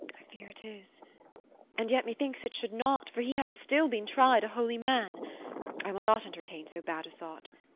i fear it is and yet methinks it should not, for he hath still been tried a holy man i will not entertain so bad a thought